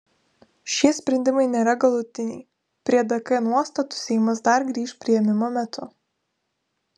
šie sprendimai nėra galutiniai prie dk nuostatų seimas dar grįš priėmimo metu